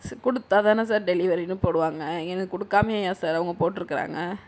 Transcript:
கொடுத்தா தானே சார் டெலிவரின்னு போடுவாங்க எனக்கு கொடுக்காமையே ஏன் சார் அவங்க போட்டிருக்குறாங்க